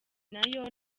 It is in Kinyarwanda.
nayo